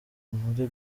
muri